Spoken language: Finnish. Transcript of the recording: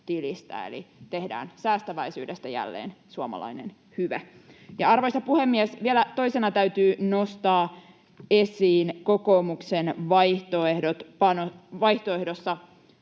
eli tehdään säästäväisyydestä jälleen suomalainen hyve. Arvoisa puhemies! Vielä toisena täytyy nostaa esiin kokoomuksen vaihtoehdossa